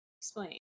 explain